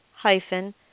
hyphen